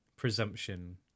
Presumption